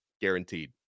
guaranteed